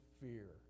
fear